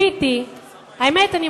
האמת היא,